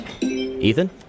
Ethan